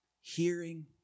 hearing